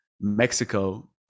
Mexico